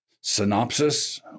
synopsis